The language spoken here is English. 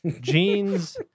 Jeans